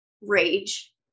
rage